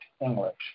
English